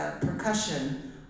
percussion